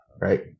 right